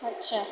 ଆଚ୍ଛା